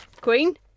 queen